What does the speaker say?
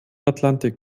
atlantik